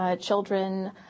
children